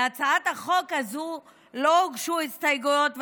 להצעת החוק הזו לא הוגשו הסתייגויות,